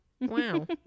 Wow